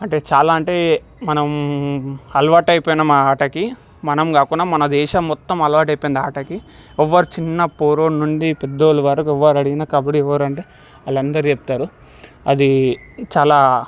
అంటే చాలా అంటే మనం అలవాటైపోయినాం ఆ ఆటకి మనం కాకున్నా మన దేశం మొత్తం అలవాటైపోయింది ఆ ఆటకి ఎవ్వరు చిన్న పోరోని నుండి పెద్దోళ్ల వరకు ఎవ్వరు అడిగినా కబడ్డీ ఎవరంటే వాళ్లందరూ చెప్తారు అది చాలా